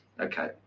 Okay